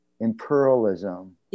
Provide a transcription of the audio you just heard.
imperialism